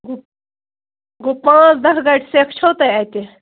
گوٚو گوٚو پانٛژھ دَہ گاڑِ سٮ۪کھ چھَو تۄہہِ اتہِ